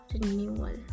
renewal